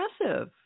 impressive